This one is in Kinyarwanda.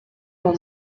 uwo